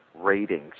ratings